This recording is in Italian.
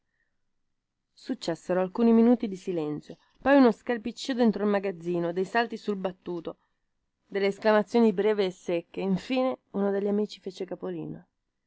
successero alcuni minuti di silenzio poi uno scalpiccío dentro il magazzino dei salti sul battuto delle esclamazioni brevi e secche infine uno degli amici fece capolino